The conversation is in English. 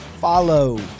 follow